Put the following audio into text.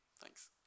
thanks